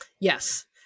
Yes